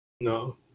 No